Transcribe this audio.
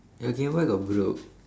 your gameboy got broke